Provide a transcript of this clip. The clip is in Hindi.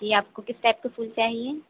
जी आपको किस टाइप के फूल चाहिए